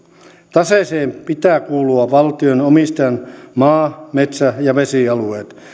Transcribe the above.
taseeseen pitää kuulua valtio omistajan maa metsä ja vesialueet